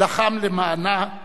לחם למענה,